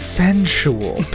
sensual